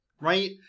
Right